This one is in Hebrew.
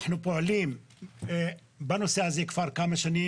אנחנו פועלים בנושא הזה כבר כמה שנים,